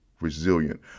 resilient